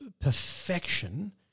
perfection